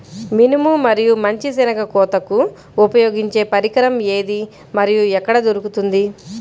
మినుము మరియు మంచి శెనగ కోతకు ఉపయోగించే పరికరం ఏది మరియు ఎక్కడ దొరుకుతుంది?